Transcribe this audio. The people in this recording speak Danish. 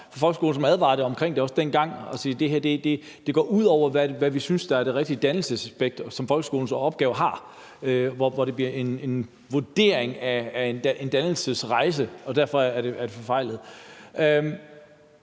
og sagde, at det her går ud over, hvad vi synes er det rigtige dannelsesaspekt, som folkeskolen har som opgave, hvor det bliver en vurdering af en dannelsesrejse, og derfor er det forfejlet.